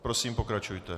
Prosím, pokračujte.